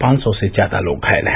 पांच सौ से ज्यादा लोग घायल हैं